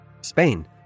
Spain